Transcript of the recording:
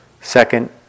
second